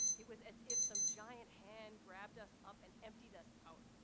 it was as if some giant hand grabbed us up and emptied us out.